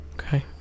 okay